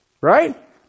Right